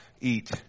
eat